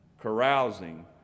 carousing